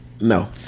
No